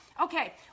Okay